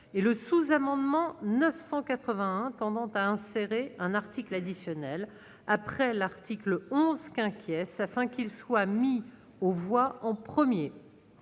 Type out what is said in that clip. et le sous-amendement 981 tendant à insérer un article additionnel après l'article 11 qu'inquiet s'afin qu'il soit mis aux voix en 1er